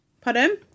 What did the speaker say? Pardon